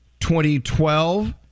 2012